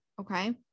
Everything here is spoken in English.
Okay